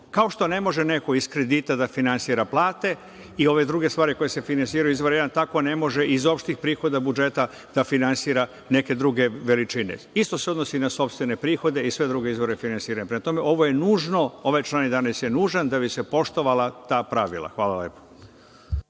Kao što ne može neko iz kredita da finansira plate i ove druge stvari koje se finansiraju iz izvora 1, tako ne mogu iz opštih prihoda budžeta da se finansiraju neke druge veličine. Isto se odnosi na sopstvene prihode i sve druge izvore finansiranja. Prema tome, ovo je nužno, ovaj član 11. je nužan da bi se poštovala ta pravila. Hvala lepo.